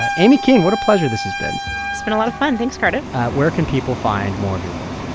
ah aimee keane, what a pleasure this has been it's been a lot of fun. thanks, cardiff where can people find more of your work?